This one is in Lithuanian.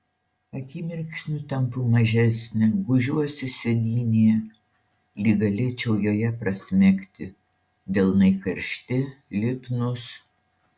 akimirksniu tampu mažesnė gūžiuosi sėdynėje lyg galėčiau joje prasmegti delnai karšti lipnūs